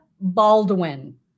baldwin